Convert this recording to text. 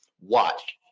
Watch